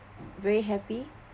very happy